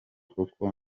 kuko